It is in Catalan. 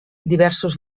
diversos